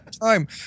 time